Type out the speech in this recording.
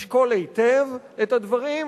ישקול היטב את הדברים.